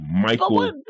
Michael